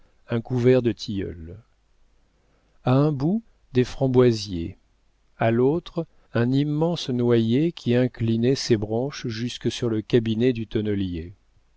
un couvert de tilleuls a un bout des framboisiers à l'autre un immense noyer qui inclinait ses branches jusque sur le cabinet du tonnelier